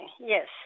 yes